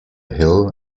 hill